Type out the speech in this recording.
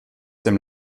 dem